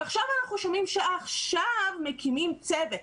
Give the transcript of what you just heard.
ועכשיו אנחנו שומעים שעכשיו מקימים צוות.